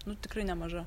nu tikrai nemaža